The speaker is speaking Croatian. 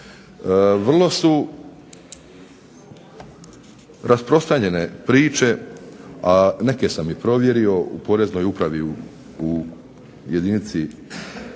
Vrlo su rasprostranjene priče, a neke sam i provjerio u Poreznoj upravi u jedinici